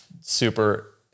super